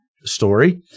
story